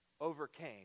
overcame